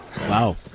Wow